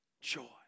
joy